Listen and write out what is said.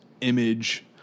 image